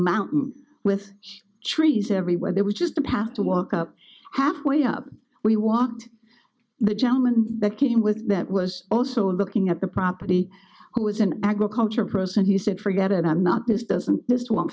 mountain with trees everywhere there was just have to walk up halfway up we walked the gentleman that came with that was also looking at the property who was an agricultural person he said forget it i'm not this doesn't this won't